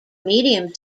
medium